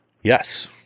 Yes